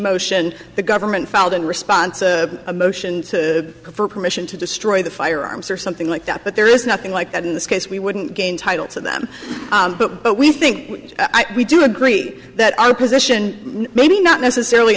motion the government filed in response a motion for permission to destroy the firearms or something like that but there is nothing like that in this case we wouldn't gain title to them but we think we do agree that our position maybe not necessarily